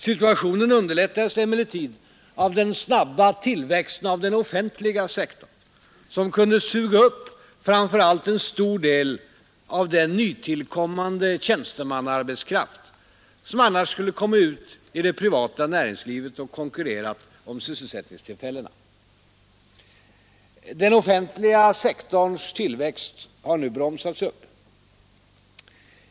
Situationen underlättades emellertid av den snabba tillväxten av den offentliga sektorn, som kunde suga upp framför allt en stor del av den nytillkommande tjänstemannaarbetskraft, som annars skulle ha kommit ut i det privata näringslivet och konkurrerat om sysselsättningstillfällena. Den offentliga sektorns tillväxt har nu bromsats upp.